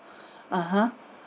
a'ah